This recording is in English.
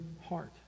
heart